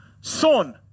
son